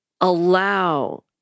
allow